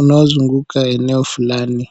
unaozunguka eneo fulani.